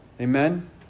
Amen